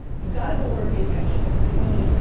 you gotta go where the attention is. to me,